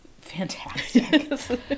fantastic